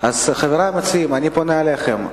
חברי המציעים, אני פונה אליכם.